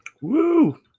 Woo